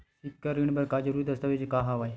सिक्छा ऋण बर जरूरी दस्तावेज का हवय?